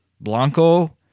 Blanco